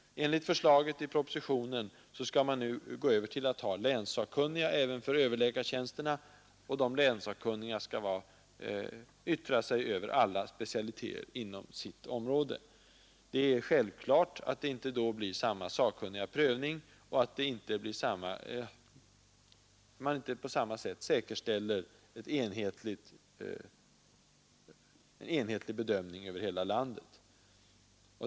Enligt förslaget i propositionen skall man nu gå över till länssakkunniga även för överläkartjänsterna, och de länssakkunniga skall yttra sig över alla specialiteterna inom sitt område. Det är självklart att det då inte blir samma sakkunniga prövning och att man inte på samma sätt säkerställer en enhetlig bedömning över hela landet.